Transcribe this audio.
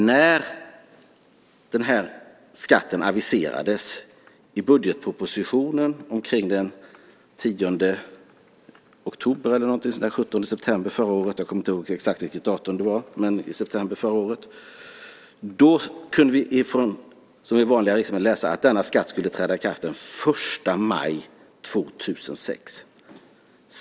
När skatten aviserades i budgetpropositionen omkring den 10 oktober eller 17 september förra året - jag kommer inte ihåg exakt datum - kunde vi vanliga riksdagsmän läsa att denna skatt skulle träda i kraft den 1 maj 2006.